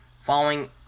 following